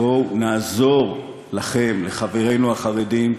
בואו נעזור לכם, לחברינו החרדים,